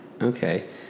Okay